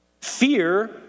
Fear